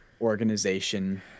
organization